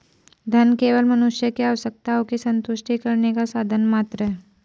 धन केवल मनुष्य की आवश्यकताओं की संतुष्टि करने का साधन मात्र है